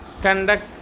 conduct